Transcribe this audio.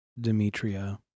demetria